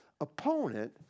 opponent